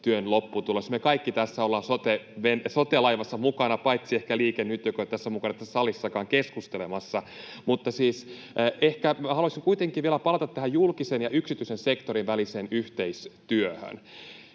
Me kaikki ollaan tässä sote-laivassa mukana, paitsi ehkä Liike Nyt, joka ei ole mukana tässä salissakaan keskustelemassa. Haluaisin ehkä kuitenkin vielä palata tähän julkisen ja yksityisen sektorin väliseen yhteistyöhön.